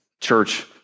church